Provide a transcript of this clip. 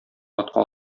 атка